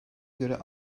göre